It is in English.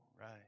right